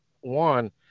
one